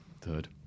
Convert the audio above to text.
Third